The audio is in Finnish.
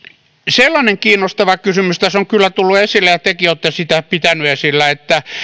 sellainen kiinnostava kysymys tässä on kyllä tullut esille ja tekin olette sitä pitäneet esillä että